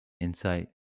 insight